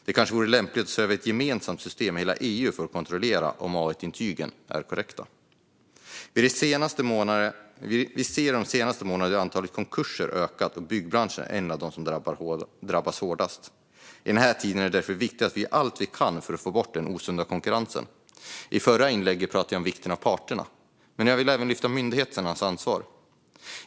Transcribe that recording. Det kanske vore lämpligt att se över ett gemensamt system i hela EU för att kontrollera om A1-intygen är korrekta. Vi har under de senaste månaderna sett hur antalet konkurser har ökat. Byggbranschen är en av de branscher som drabbats hårdast. Nu är det därför viktigt att vi gör allt vi kan för att få bort den osunda konkurrensen. I mitt förra inlägg pratade jag om vikten av parterna, men jag vill även lyfta fram myndigheternas ansvar.